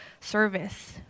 service